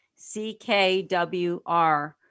CKWR